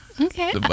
okay